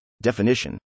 definition